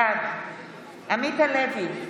בעד עמית הלוי,